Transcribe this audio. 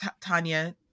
tanya